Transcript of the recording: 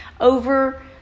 over